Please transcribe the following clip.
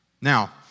Now